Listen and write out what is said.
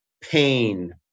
pain